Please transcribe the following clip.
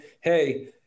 Hey